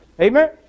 Amen